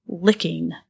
licking